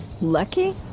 Lucky